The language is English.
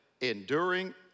enduring